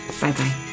bye-bye